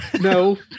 no